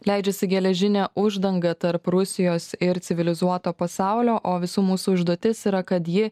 leidžiasi geležinė uždanga tarp rusijos ir civilizuoto pasaulio o visų mūsų užduotis yra kad ji